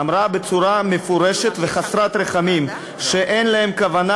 אמרה בצורה מפורשת וחסרת רחמים שאין להם כוונה